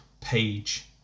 page